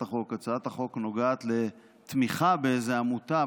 החוק: הצעת החוק נוגעת לתמיכה באיזו עמותה,